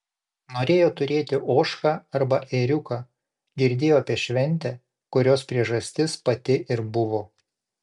norėjo turėti ožką arba ėriuką girdėjo apie šventę kurios priežastis pati ir buvo